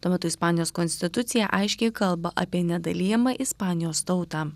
tuo metu ispanijos konstitucija aiškiai kalba apie nedalijamą ispanijos tautą